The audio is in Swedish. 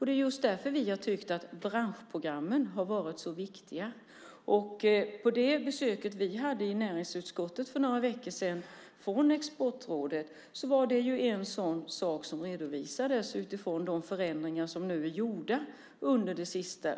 Det är därför vi har tyckt att branschprogrammen har varit så viktiga. Näringsutskottet fick besök för några veckor sedan av Exportrådet. Det här var en sådan sak som redovisades utifrån gjorda förändringar under 2007.